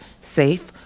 safe